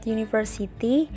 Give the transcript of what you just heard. University